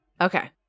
okay